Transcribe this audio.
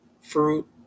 fruit